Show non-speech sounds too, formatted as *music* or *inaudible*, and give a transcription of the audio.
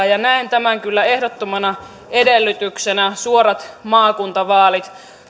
*unintelligible* ja ja näen tämän kyllä ehdottomana edellytyksenä suorat maakuntavaalit